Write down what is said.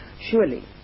surely